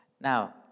Now